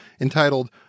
entitled